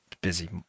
Busy